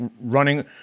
running